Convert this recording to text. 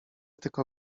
tylko